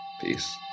Peace